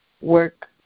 work